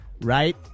right